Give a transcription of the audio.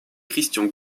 christian